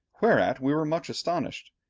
whereat we were much astonished.